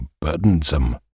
burdensome